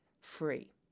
Free